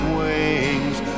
wings